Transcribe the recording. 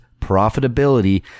profitability